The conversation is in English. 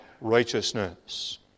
righteousness